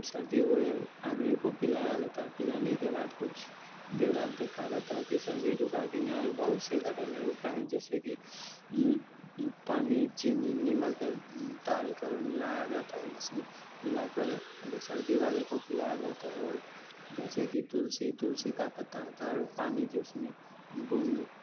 सर्दी हुए आदमी को पिलाया जाता है और पिलाने के बाद कुछ देर बाद देखा जाता है कि सर्दी रुका की नहीं और बहुत से घरेलू उपाय हैं जैसे कि पानी चीनी नमक डाल कर और मिलाया जाता है जिसमें मिलाकर अ और सर्दी वाले को पिलाया जाता है और जैसे कि तुलसी तुलसी का पत्ता होता है और पानी जो उसमें बूँद